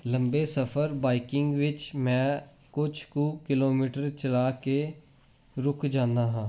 ਲੰਬੇ ਸਫਰ ਬਾਈਕਿੰਗ ਵਿੱਚ ਮੈਂ ਕੁਝ ਕੁ ਕਿਲੋਮੀਟਰ ਚਲਾ ਕੇ ਰੁਕ ਜਾਂਦਾ ਹਾਂ